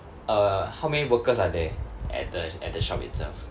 uh how many workers are there at the at the shop itself